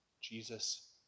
Jesus